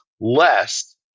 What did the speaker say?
less